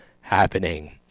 happening